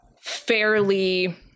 fairly